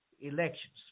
elections